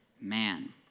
man